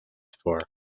for